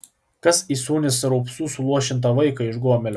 kas įsūnys raupsų suluošintą vaiką iš gomelio